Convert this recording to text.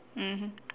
mmhmm